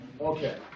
Okay